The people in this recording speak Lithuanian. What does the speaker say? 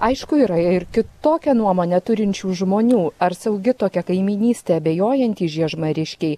aišku yra ir kitokią nuomonę turinčių žmonių ar saugi tokia kaimynystė abejojantys žiežmariškiai